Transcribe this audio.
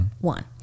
One